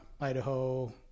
Idaho